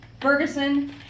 Ferguson